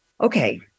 okay